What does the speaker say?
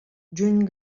juny